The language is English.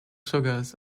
sugars